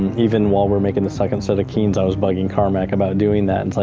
even while we're making the second set of keane's i was bugging carmack about doing that. and like